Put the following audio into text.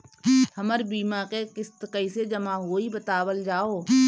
हमर बीमा के किस्त कइसे जमा होई बतावल जाओ?